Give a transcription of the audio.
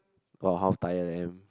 or how tired I am